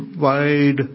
wide